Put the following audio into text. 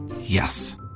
Yes